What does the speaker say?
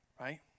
right